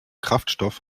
kraftstoff